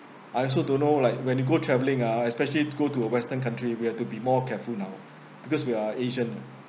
I also don't know like when you go travelling ah especially go to a western country we have to be more careful now because we are asians